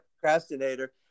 procrastinator